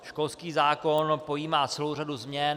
Školský zákon pojímá celou řadu změn.